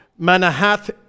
Manahath